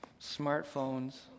smartphones